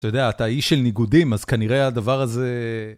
אתה יודע, אתה איש של ניגודים, אז כנראה הדבר הזה...